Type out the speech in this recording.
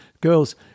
girls